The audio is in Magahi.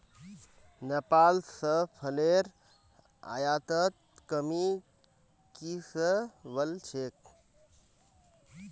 नेपाल स फलेर आयातत कमी की स वल छेक